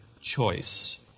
choice